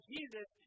Jesus